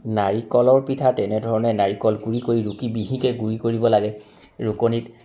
নাৰিকলৰ পিঠা তেনেধৰণে নাৰিকল গুড়ি কৰি ৰুকি মিহিকে গুড়ি কৰিব লাগে ৰুকনিত